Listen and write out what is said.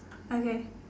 okay